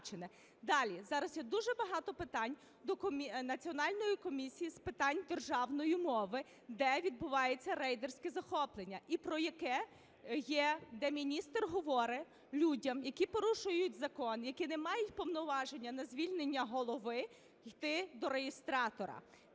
Далі. Зараз є дуже багато питань до Національної комісії з питань державної мови, де відбувається рейдерське захоплення і про яке є, де міністр говоре людям, які порушують закон, які не мають повноваження на звільнення голови, йти до реєстратора.